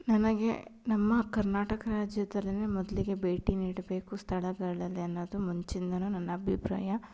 ನನಗೆ ನಮ್ಮ ಕರ್ನಾಟಕ ರಾಜ್ಯದಲ್ಲಿನೇ ಮೊದಲಿಗೆ ಭೇಟಿ ನೀಡಬೇಕು ಸ್ಥಳಗಳಲ್ಲಿ ಅನ್ನೋದು ಮುಂಚಿಂದನೂ ನನ್ನ ಅಭಿಪ್ರಾಯ